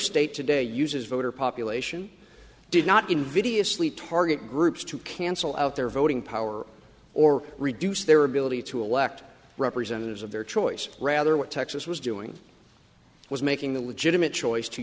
state today uses voter population did not invidiously target groups to cancel out their voting power or reduce their ability to elect representatives of their choice rather what texas was doing was making the legitimate choice to